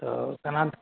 तऽ कोना